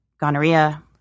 gonorrhea